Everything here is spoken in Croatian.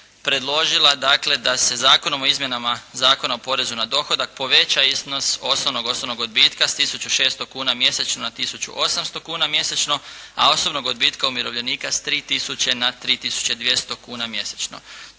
predložila dakle da se Zakonom o izmjenama Zakona o porezu na dohodak poveća iznos osnovnog osobnog odbitka s 1.600,00 kuna mjesečno na 1.800,00 kuna mjesečno, a osobnog odbitka umirovljenika sa 3.000,00 na 3.200,00 kuna mjesečno.